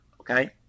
Okay